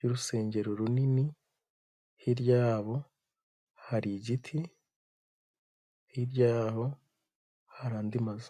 y'urusengero runini, hirya yabo, hari igiti, hirya yaho, hari andi mazu.